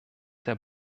der